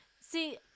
See